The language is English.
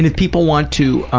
and people want to